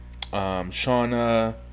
Shauna